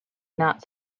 not